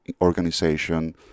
organization